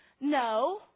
no